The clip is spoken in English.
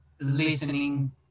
listening